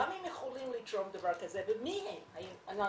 למה הם יכולים לתרום דבר כזה ומי התורם האלמוני,